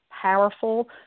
powerful